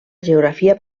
geografia